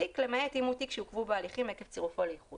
למעט אם הוא תיק שעוכבו בו הליכים עקב צירופו לעיקול".